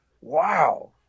wow